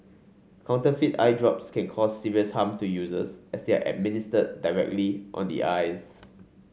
counterfeit eye drops can cause serious harm to users as they are administered directly on the eyes